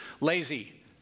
lazy